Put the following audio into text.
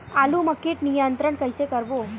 आलू मा कीट नियंत्रण कइसे करबो?